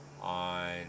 on